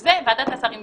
בזה ועדת השרים תמכה,